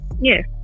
yes